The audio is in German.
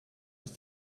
ist